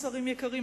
שרים יקרים,